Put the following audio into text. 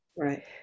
Right